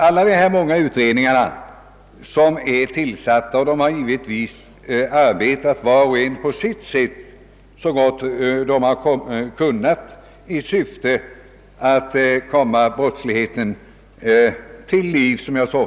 Alla de tillsatta utredningarna har givetvis arbetat så gott de kunnat i syfte att komma till rätta med brottsligheten.